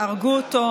הרגו אותו.